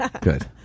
Good